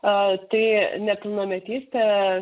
tai nepilnametystė